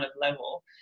level